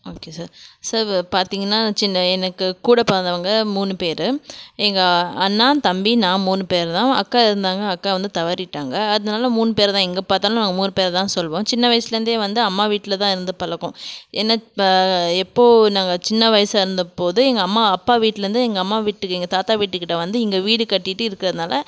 okay sir sir இப்போ பார்த்திங்கன்னா சின்ன எனக்கு கூட பிறந்தவங்க மூணு பேர் எங்கள் அண்ணா தம்பி நான் மூணு பேருதான் அக்கா இருந்தாங்க அக்கா வந்து தவறிவிட்டாங்க அதனால மூணு பேருதான் எங்கே பார்த்தாலும் நாங்கள் மூணு பேருதான் சொல்வோம் சின்ன வயசுலேருந்தே வந்து அம்மா வீட்டில்தான் இருந்து பழக்கம் ஏன்னா இப்போ எப்போது நாங்கள் சின்ன வயசாக இருந்தபோது எங்கள் அம்மா அப்பா வீட்லேருந்து எங்கள் அம்மா வீட்டுக்கு எங்கள் தாத்தா வீட்டுக்கிட்டே வந்து இங்கே வீடு கட்டிகிட்டு இருக்கிறதுனால